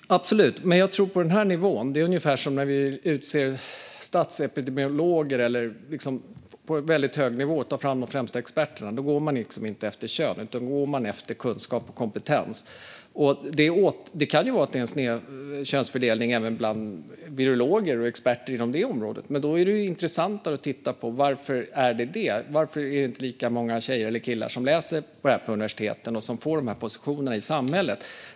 Fru talman! Absolut! Men jag tror att det på den här nivån är ungefär som när vi utser statsepidemiologer eller tar fram de främsta experterna på väldigt hög nivå. Då går man inte efter kön utan efter kunskap och kompetens. Det kan ju vara en sned könsfördelning även bland virologer och experter på det området, men då är det intressantare att titta på varför det är så. Varför är det inte lika många tjejer eller killar som läser detta på universiteten och får dessa positioner i samhället?